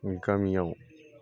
गामियाव